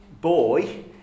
boy